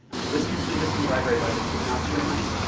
this used to just be library budgets but now it's your money.